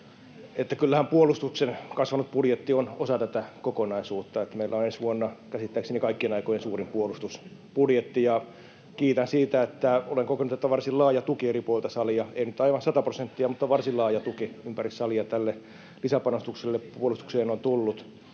kyllähän puolustuksen kasvanut budjetti on osa tätä kokonaisuutta. Meillä on ensi vuonna käsittääkseni kaikkien aikojen suurin puolustusbudjetti. Kiitän siitä, että — niin olen kokenut — on varsin laaja tuki eri puolilta salia, ei nyt aivan sata prosenttia, mutta varsin laaja tuki ympäri salia, tälle lisäpanostukselle, joka puolustukseen on tullut.